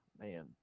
man